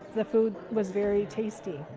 the food was very tasty.